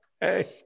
hey